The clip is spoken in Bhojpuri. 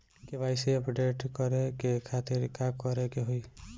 के.वाइ.सी अपडेट करे के खातिर का करे के होई?